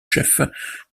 chef